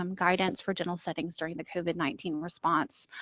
um guidance for general settings during the covid nineteen response.